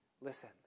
listen